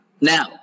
Now